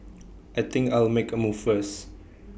I think I'll make A move first